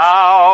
Now